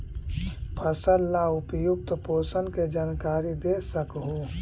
फसल ला उपयुक्त पोषण के जानकारी दे सक हु?